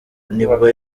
nibwo